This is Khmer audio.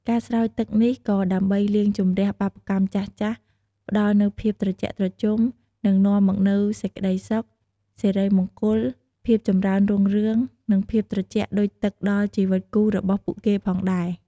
ការស្រោចទឹកនេះក៏ដើម្បីលាងជម្រះបាបកម្មចាស់ៗ ផ្តល់នូវភាពត្រជាក់ត្រជុំ និងនាំមកនូវសេចក្តីសុខ សិរីមង្គល ភាពចម្រើនរុងរឿង និងភាពត្រជាក់ដូចទឹកដល់ជីវិតគូរបស់ពួកគេផងដែរ។